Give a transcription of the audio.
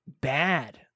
bad